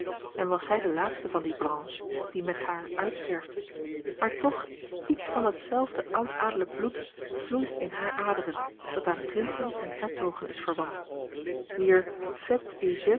en was zij de laatste van die branche die met haar uitsterft maar toch iets van datzelfde oud-adellijk bloed vloeit in hare aderen dat aan prinsen en hertogen is verwant wier faits et